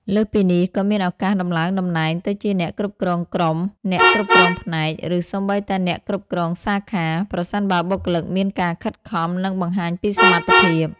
លើសពីនេះ ក៏មានឱកាសដំឡើងតំណែងទៅជាអ្នកគ្រប់គ្រងក្រុម អ្នកគ្រប់គ្រងផ្នែក ឬសូម្បីតែអ្នកគ្រប់គ្រងសាខា ប្រសិនបើបុគ្គលិកមានការខិតខំ និងបង្ហាញពីសមត្ថភាព។